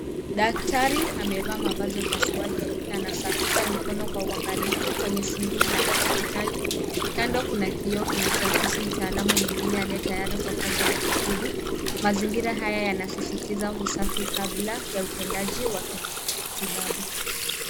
Daktari amevaa mavazi ya upasuaji na anasafisha mikono kwa uangalifu kwenye sinki la hospitali. Kando kuna kioo kunachoakisi mtaalamu mwengine aliye tayari kwa kazi ya kitabibu. Mazingira haya yanasisitiza usafi kabla ya utendaji wa kimatibabu.